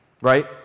Right